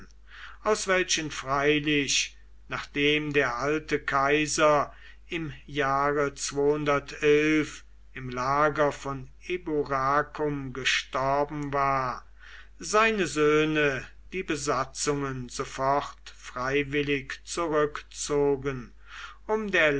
aus welchen freilich nachdem der alte kaiser im jahre im lager von eburacum gestorben war seine söhne die besatzungen sofort freiwillig zurückzogen um der